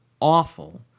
awful